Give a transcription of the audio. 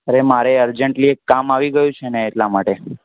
અરે મારે અર્જન્ટલી એક કામ આવી ગયું છે ને એટલા માટે